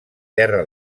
terra